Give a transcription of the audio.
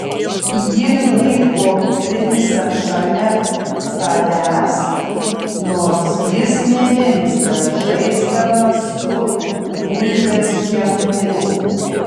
ji laiko princą šalia savęs nors jis nerimsta žaisdamas su gulbės ženklu